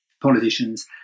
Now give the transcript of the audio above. politicians